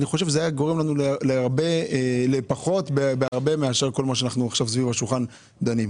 אני חושב שהיו פחות דיונים כמו שאנחנו עכשיו סביב השולחן דנים.